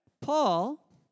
Paul